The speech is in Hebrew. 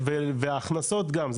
וההכנסות גם,